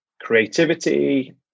creativity